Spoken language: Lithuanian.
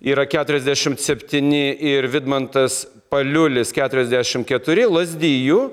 yra keturiasdešimt septyni ir vidmantas paliulis keturiasdešimt keturi lazdijų